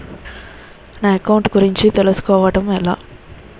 నా అకౌంట్ గురించి తెలుసు కోవడం ఎలా?